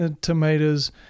Tomatoes